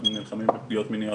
אנחנו נלחמים בפגיעות מיניות,